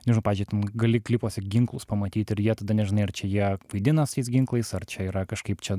nežinau pavyzdžiui ten gali klipuose ginklus pamatyti ir jie tada nežinai ar čia jie vaidina su tais ginklais ar čia yra kažkaip čia